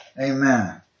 Amen